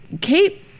Kate